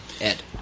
Ed